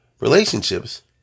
relationships